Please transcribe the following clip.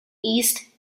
east